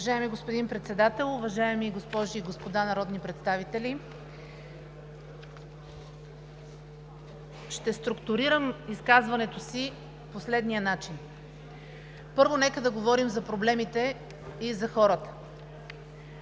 Уважаеми господин Председател, уважаеми госпожи и господа народни представители! Ще структурирам изказването си по следния начин. Първо, нека да говорим за проблемите и за хората.